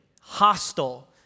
hostile